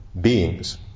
beings